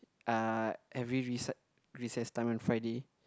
uh every rece~ recess time on Friday